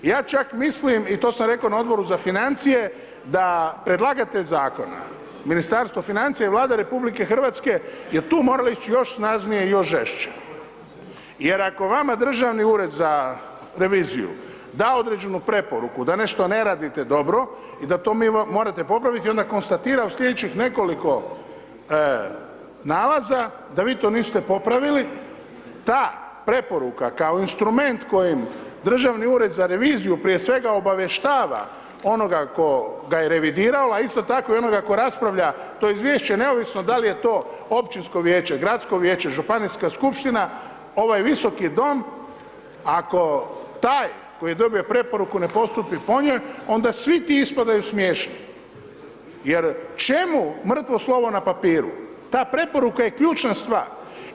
Ja čak mislim i to sam rekao na Odboru za financije da predlagatelj zakona, Ministarstvo financija i Vlada RH je tu morala ići još snažnije i još žešće jer ako vama Državni ured za reviziju da određenu preporuku da nešto ne radite dobro i da to morate popraviti, onda konstatira u slijedećih nekoliko nalaza da vi to niste popravili, ta preporuka kao instrument kojim Državni ured za reviziju prije svega obavještava onoga koga je revidirala, isto tako i onoga ko raspravlja to izvješće neovisno da li je to općinsko vijeće, gradsko vijeće, županijska skupština, ovaj Visoki dom, ako taj koji je dobio preporuku ne postupi po njoj, onda svi ti ispadaju smiješni jer čemu mrtvo slovo na papiru, ta preporuka je ključna stvar.